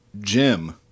Jim